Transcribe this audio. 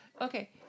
Okay